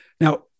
Now